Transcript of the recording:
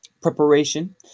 preparation